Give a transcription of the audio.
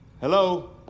Hello